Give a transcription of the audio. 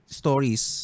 stories